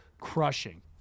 crushing